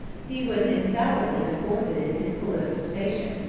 he would infallibly have forfeited his political station,